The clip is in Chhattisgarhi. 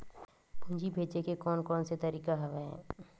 पूंजी भेजे के कोन कोन से तरीका हवय?